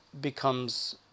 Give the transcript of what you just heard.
becomes